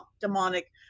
demonic